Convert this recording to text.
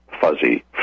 fuzzy